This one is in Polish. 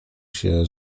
się